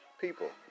people